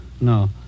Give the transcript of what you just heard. No